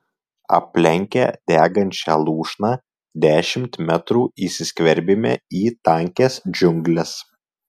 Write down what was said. aplenkę degančią lūšną dešimt metrų įsiskverbėme į tankias džiungles